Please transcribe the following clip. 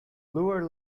lower